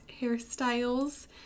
hairstyles